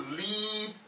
lead